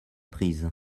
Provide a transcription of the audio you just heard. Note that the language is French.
prise